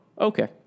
Okay